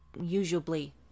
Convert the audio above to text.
usually